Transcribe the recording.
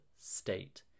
state